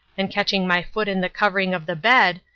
and catching my foot in the covering of the bed,